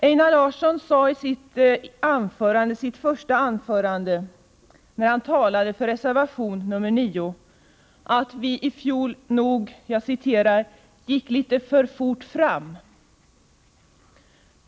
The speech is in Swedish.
Einar Larsson sade i sitt första anförande, när han talade för reservation 9, att vi i fjol nog gick för fort fram.